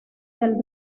del